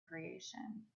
creation